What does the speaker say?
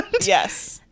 yes